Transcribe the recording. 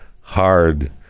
hard